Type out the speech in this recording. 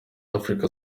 africa